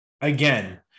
again